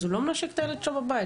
אז הוא לא מנשק את הילד שלו בבית?